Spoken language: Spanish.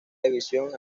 división